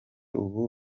ubu